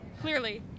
Clearly